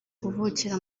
kuvukira